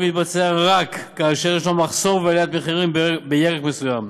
מתבצע רק כאשר יש מחסור ועליית מחירים בירק מסוים.